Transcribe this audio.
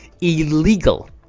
illegal